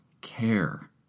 care